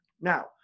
Now